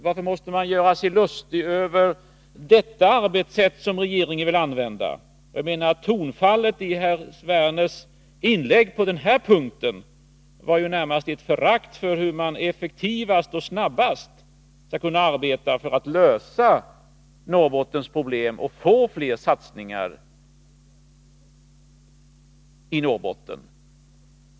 Varför måste man göra sig lustig över detta arbetssätt som regeringen vill använda? Tonfallet i herr Werners inlägg på denna punkt gav närmast uttryck för ett förakt för hur man effektivast och snabbast skall kunna arbeta för att lösa Norrbottens problem och få fler satsningar i Norrbotten.